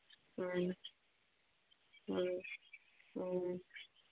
ꯎꯝ ꯎꯝ ꯎꯝ